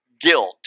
guilt